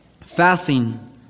fasting